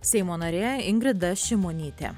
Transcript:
seimo narė ingrida šimonytė